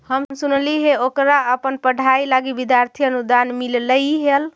हम सुनलिइ हे ओकरा अपन पढ़ाई लागी विद्यार्थी अनुदान मिल्लई हल